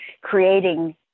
creating